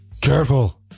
Careful